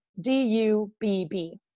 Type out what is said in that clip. D-U-B-B